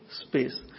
space